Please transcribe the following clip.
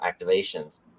activations